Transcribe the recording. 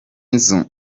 nzu